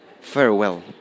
Farewell